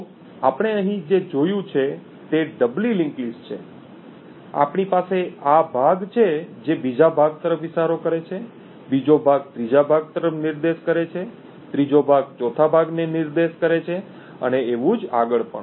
તો આપણે અહીં જે જોયું છે તે ડબલી લિંક્ડ લિસ્ટ છે આપણી પાસે આ ભાગ છે જે બીજા ભાગ તરફ ઇશારો કરે છે બીજો ભાગ ત્રીજા ભાગ તરફ નિર્દેશ કરે છે ત્રીજો ભાગ ચોથા ભાગ ને નિર્દેશ કરે છે અને એવું જ આગળ પણ